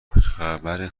خبر